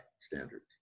standards